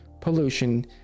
pollution